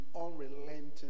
unrelenting